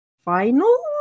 final